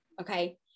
okay